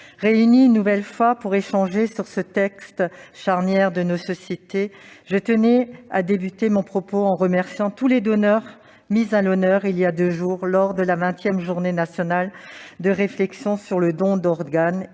sommes une nouvelle fois réunis pour discuter d'un texte charnière pour notre société, je tiens à débuter mon propos en remerciant tous les donneurs mis à l'honneur, il y a deux jours, lors de la vingtième Journée nationale de réflexion sur le don d'organes